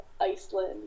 Iceland